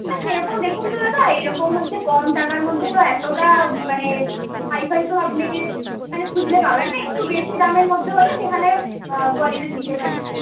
হ্যাঁ সে রকম দেখুন তো দাদা এ রকম হচ্ছে কম টাকার মধ্যে তো এতটা মানে হাই ফাই তো আপনি মানে খুঁজলে পাবেন না একটু বেশি দামের মধ্যে হলে সেখানে কোয়ালিটি দিতে পারি আর কি